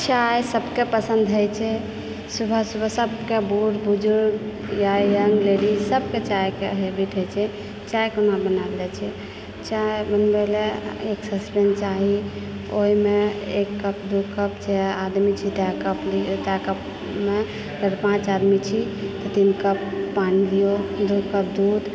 चाय सभके पसन्द होइत छै सुबह सुबह सभके बूढ़ बुजुर्ग या यंग लेडीजसभके चायके हैबिट होइत छै चाय कोना बनाओल जाइत छै चाय बनबयलऽ एक सॉस्पैन चाही ओहिमे एक कप दू कप जै आदमी छी तै कप तै कपमे चारि पाँच आदमी छी तीन कप पानि दिऔ दू कप दूध